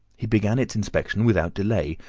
he began its inspection without delay,